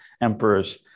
emperors